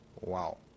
wow